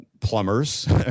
Plumbers